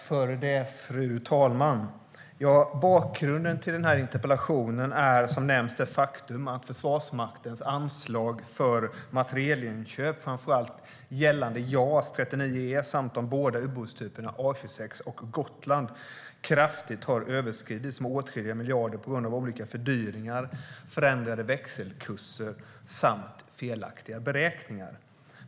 Fru talman! Bakgrunden till den här interpellationen är, som nämnts, det faktum att Försvarsmaktens anslag för materielinköp, framför allt gällande JAS 39 E samt de båda ubåtstyperna A26 och Gotland, kraftigt har överskridits, med åtskilliga miljarder, på grund av olika fördyringar, förändrade växelkurser samt felaktiga beräkningar.